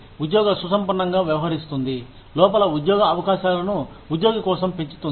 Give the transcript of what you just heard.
ఉద్యోగ సుసంపన్నంగా వ్యవహరిస్తుంది లోపల ఉద్యోగ అవకాశాలను ఉద్యోగి కోసం పెంచుతుంది